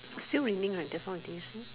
still raining right just now did you see